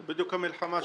זו בדיוק המלחמה שלי.